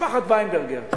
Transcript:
משפחת ויינברגר.